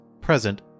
present